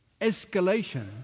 escalation